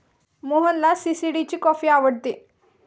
मोहनला सी.सी.डी ची कॉफी आवडते